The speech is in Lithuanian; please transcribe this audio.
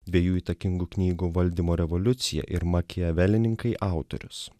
dviejų įtakingų knygų valdymo revoliucija ir makiavelininkai autorius